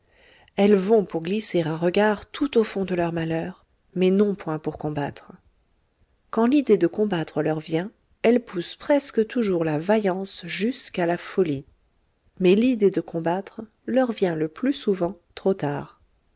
elles vont pour glisser un regard tout au fond de leur malheur mais non point pour combattre quand l'idée de combattre leur vient elles poussent presque toujours la vaillance jusqu'à la folie mais l'idée de combattre leur vient le plus souvent trop tard